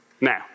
Now